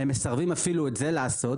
הם אפילו מסרבים לעשות את זה.